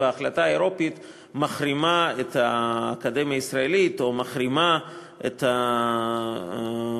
ההחלטה האירופית מחרימה את האקדמיה הישראלית או מחרימה את הגורמים